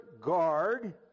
guard